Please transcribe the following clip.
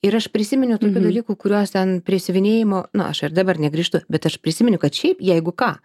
ir aš prisiminiau tokių dalykų kuriuos ten prie siuvinėjimo na aš ir dabar negrįžtu bet aš prisimenu kad šiaip jeigu ką